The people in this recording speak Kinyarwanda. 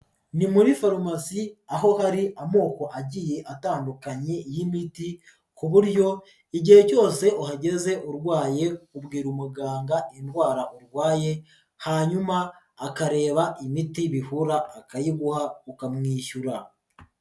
Ni muri farumasi aho hari amoko agiye atandukanye y'imiti ku buryo igihe cyose uhageze urwaye ubwira umuganga indwara urwaye, hanyuma akareba imiti bihura akayiguha ukamwishyura.